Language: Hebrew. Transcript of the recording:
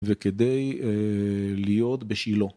וכדי להיות בשילה